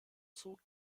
zog